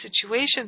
situations